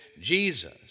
Jesus